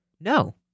No